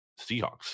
seahawks